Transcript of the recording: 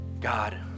God